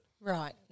Right